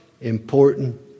important